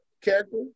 character